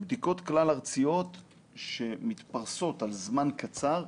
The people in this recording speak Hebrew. בדיקות כלל ארציות שמתפרסות על זמן קצר,